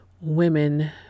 women